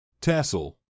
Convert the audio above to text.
Tassel